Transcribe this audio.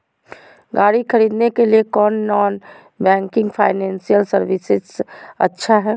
गाड़ी खरीदे के लिए कौन नॉन बैंकिंग फाइनेंशियल सर्विसेज अच्छा है?